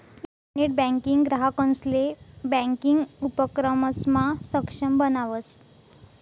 internet banking ग्राहकंसले banking उपक्रमसमा सक्षम बनावस